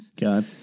God